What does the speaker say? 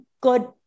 good